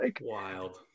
Wild